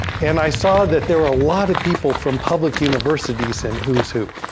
and i saw that there were a lot of people from public universities in who's who.